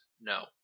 No